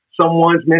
someone's